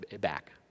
back